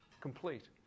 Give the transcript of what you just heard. complete